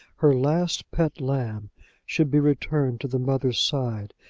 her last pet lamb should be returned to the mother's side,